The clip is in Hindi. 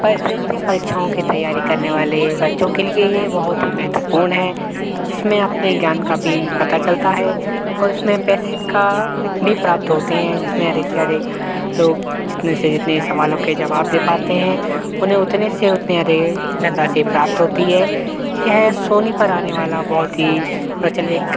प्रतियोगिती परीक्षाओं की तैयारी करने वाले बच्चों के लिए यह बहुत ही महत्वपूर्ण है जिसमें अपने ज्ञान का भी पता चलता है और इसमें पैसे का भी प्राप्त होते हैं जिसमें अधिक से अधिक लोग जितने से जितने सवालों के जवाब दे पाते हैं उन्हें उतने से उतने अधिक धनराशि प्राप्त होती है यह सोनी पर आने वाला बहुत ही प्रचलिक